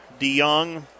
DeYoung